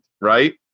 right